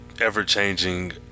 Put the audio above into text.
ever-changing